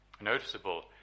noticeable